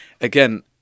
Again